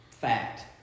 fact